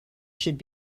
should